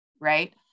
right